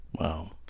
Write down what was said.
Wow